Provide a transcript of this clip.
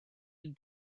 had